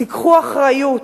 תיקחו אחריות,